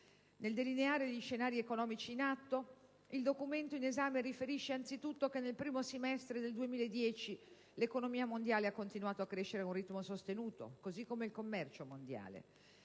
Nel delineare gli scenari economici in atto, il documento in esame riferisce anzitutto che nel primo semestre del 2010 l'economia mondiale ha continuato a crescere a un ritmo sostenuto, così come il commercio mondiale.